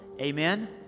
Amen